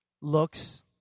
Looks